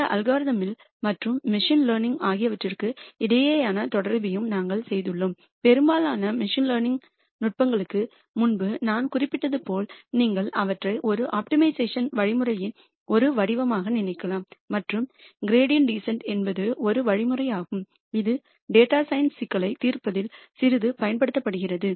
இந்த அல்காரிதமில்் மற்றும் மெஷின் லேர்னிங் ஆகியவற்றுக்கு இடையேயான தொடர்பையும் நாங்கள் செய்துள்ளோம் பெரும்பாலான மெஷின் லேர்னிங் நுட்பங்களுக்கு முன்பு நான் குறிப்பிட்டது போல் நீங்கள் அவற்றை ஒரு ஆப்டிமைசேஷன் வழிமுறையின் ஒரு வடிவமாக நினைக்கலாம் மற்றும் கிரீடியண்ட் டீசன்ட் என்பது ஒரு வழிமுறையாகும் இது டேட்டா சயின்ஸ் சிக்கல்களை தீர்ப்பதில் சிறிது பயன்படுத்தப்படுகிறது